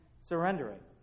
surrendering